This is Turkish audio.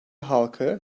halkı